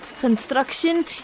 construction